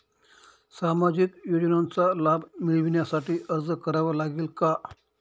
सामाजिक योजनांचा लाभ मिळविण्यासाठी अर्ज करावा लागेल का?